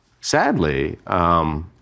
sadly